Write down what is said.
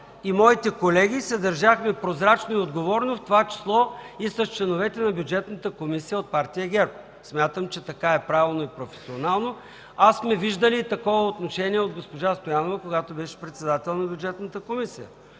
и моите колеги се държахме прозрачно и отговорно, в това число и с членовете на Бюджетната комисия от Партия ГЕРБ. Смятам, че така е правилно и професионално, а сме виждали такова отношение от госпожа Стоянова, когато беше председател на Бюджетната комисия.